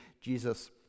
Jesus